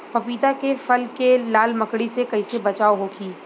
पपीता के फल के लाल मकड़ी से कइसे बचाव होखि?